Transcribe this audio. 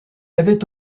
avait